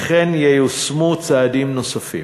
וכן ייושמו צעדים נוספים.